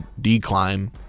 decline